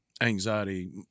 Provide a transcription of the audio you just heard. anxiety